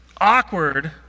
awkward